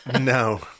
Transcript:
no